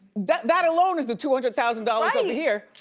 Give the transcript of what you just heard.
that that alone is the two hundred thousand dollars over here.